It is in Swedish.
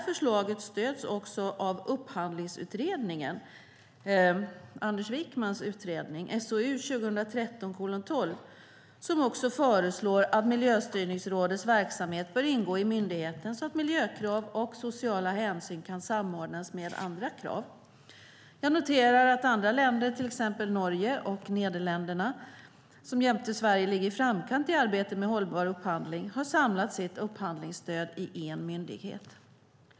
Förslaget stöds av Upphandlingsutredningen, alltså Anders Wijkmans utredning , som också föreslår att Miljöstyrningsrådets verksamhet bör ingå i myndigheten så att miljökrav och sociala hänsyn kan samordnas med andra krav. Jag noterar att andra länder, till exempel Norge och Nederländerna som jämte Sverige ligger i framkant i arbetet med hållbar upphandling, har samlat sitt upphandlingsstöd i en myndighet.